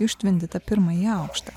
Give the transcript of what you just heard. į užtvindytą pirmąjį aukštą